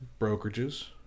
brokerages